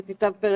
תת ניצב פרץ,